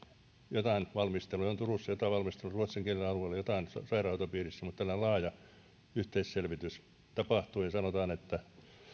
jotain valmisteluja on turussa jotain valmisteluja on ruotsinkielisillä alueilla jotain sairaanhoitopiirissä mutta tällainen laaja yhteisselvitys puuttuu ja sanotaan että